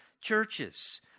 churches